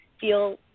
feel